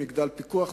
מגדל פיקוח,